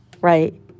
right